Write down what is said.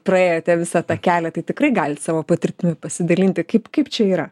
praėjote visą tą kelią tai tikrai galit savo patirtimi pasidalinti kaip kaip čia yra